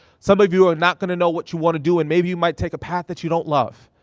some but of you are not gonna know what you wanna do and maybe you might take a path that you don't love.